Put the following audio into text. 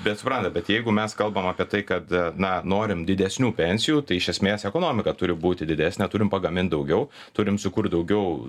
bet supratot bet jeigu mes kalbam apie tai kad na norim didesnių pensijų tai iš esmės ekonomika turi būti didesnė turim pagamint daugiau turim sukurt daugiau